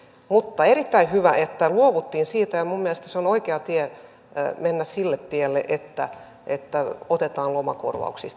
mutta erittäin hyvä että luovuttiin siitä ja minun mielestäni on oikea tie mennä sille tielle että otetaan lomakorvauksista